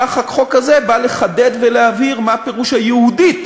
כך החוק הזה בא לחדד ולהבהיר מה פירוש ה"יהודית"